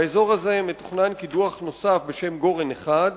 באזור הזה מתוכנן קידוח נוסף בשם "גורן 1",